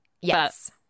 yes